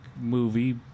movie